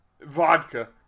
vodka